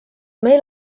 meil